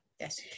Yes